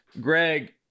Greg